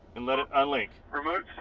and let it unlink promote